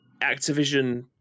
Activision